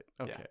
Okay